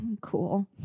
Cool